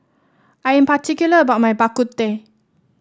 I am particular about my Bak Kut Teh